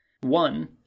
One